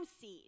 seed